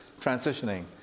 transitioning